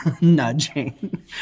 nudging